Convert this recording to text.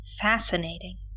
Fascinating